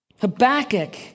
Habakkuk